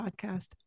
Podcast